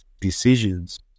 decisions